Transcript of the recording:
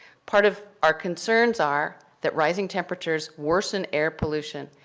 part of our concerns are that rising temperatures worsen air pollution.